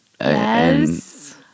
Yes